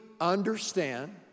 understand